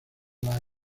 las